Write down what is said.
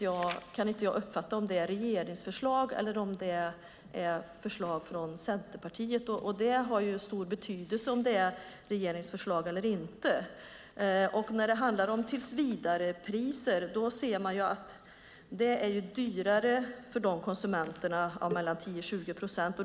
Jag kan inte uppfatta om det är regeringsförslag eller om det är förslag från Centerpartiet. Om det är regeringens förslag eller inte har stor betydelse. Det är 10-20 procent dyrare för de konsumenter som valt tillsvidarepris.